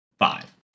five